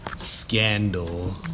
Scandal